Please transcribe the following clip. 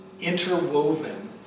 interwoven